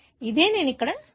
ఇదే నేను ఇక్కడ చూపించాను